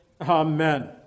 amen